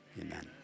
amen